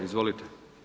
Izvolite.